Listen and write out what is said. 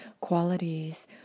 qualities